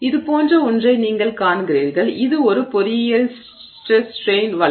இது போன்ற ஒன்றை நீங்கள் காண்கிறீர்கள் இது ஒரு பொறியியல் ஸ்ட்ரெஸ் ஸ்ட்ரெய்ன் வளைவு